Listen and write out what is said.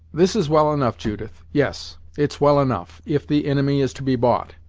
this is well enough, judith yes, it's well enough, if the inimy is to be bought,